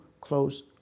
close